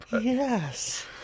Yes